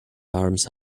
arms